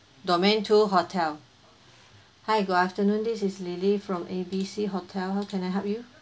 domain two hotel hi good afternoon this is lily from ABC hotel can I help you